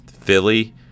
Philly